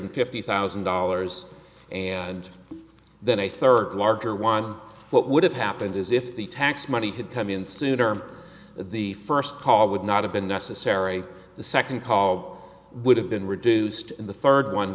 fifty thousand dollars and then a third larger one what would have happened is if the tax money had come in sooner the first call would not have been necessary the second call would have been reduced in the third one